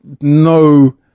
no